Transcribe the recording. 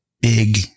big